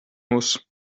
muss